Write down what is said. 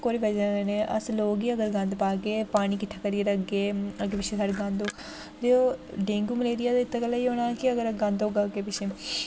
कोह्दी बजह कन्नै अस लोक गै अगर गन्द पाह्गे पानी किट्ठा करियै रखगे अग्गें पिच्छें साढ़े गन्द होग ते ओह् डेंगू मलेरिया ते उत्तै गल्ला गै होना ऐ कि अगर गन्द होगा अग्गें पिच्छें